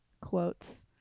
quotes